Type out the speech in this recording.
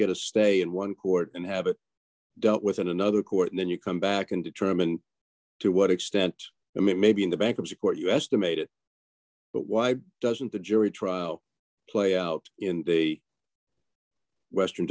get a stay in one court and have it dealt with another court and then you come back and determine to what extent that may be in the bankruptcy court you estimate it but why doesn't the jury trial play out in the western